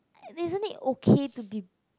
isn't it okay to be